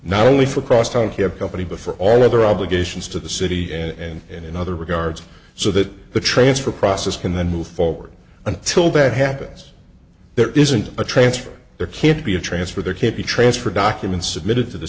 not only for cross town care company but for all other obligations to the city and in other regards so that the transfer process can then move forward until that happens there isn't a transfer there can't be a transfer there can't be transferred documents submitted to the